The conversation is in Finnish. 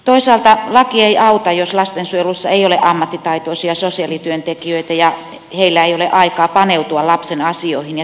toisaalta laki ei auta jos lastensuojelussa ei ole ammattitaitoisia sosiaalityöntekijöitä ja heillä ei ole aikaa paneutua lapsen asioihin ja tilanteeseen